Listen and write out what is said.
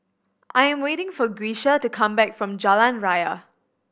I'm waiting for Grecia to come back from Jalan Ria